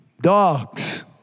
dogs